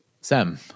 Sam